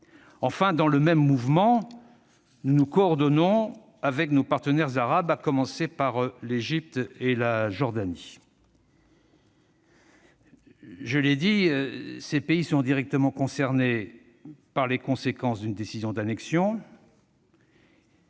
Dans le même mouvement, nous nous coordonnons avec nos partenaires arabes, à commencer par l'Égypte et la Jordanie. Je l'ai souligné, ces pays sont directement concernés par les conséquences d'une décision d'annexion.